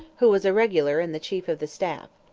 who was a regular and the chief of the staff.